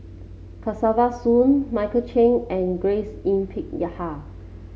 Kesavan Soon Michael Chiang and Grace Yin Peck Ya Ha